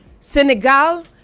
Senegal